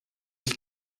ich